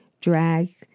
drag